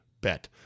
bet